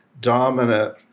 dominant